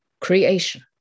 creation